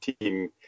team